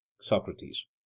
Socrates